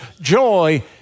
joy